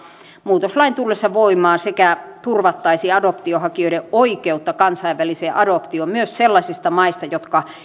muutoslain tullessa voimaan sekä turvattaisiin adoptiohakijoiden oikeutta kansainväliseen adoptioon myös sellaisista maista jotka